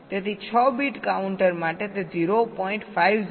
તેથી 6 bit counter માટે તે 0